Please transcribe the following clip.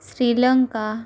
Sri Lanka